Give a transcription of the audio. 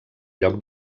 lloc